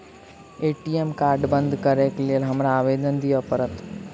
ATM card बंद करैक लेल हमरा आवेदन दिय पड़त?